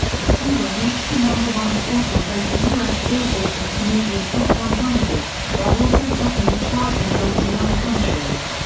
the single reached the number one spot on both the us billboard and canadian hot one hundred, while also topping the charts in nineteen other countries.